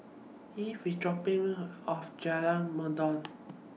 Ivie IS dropping Me off At Jalan Mendong